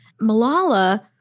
Malala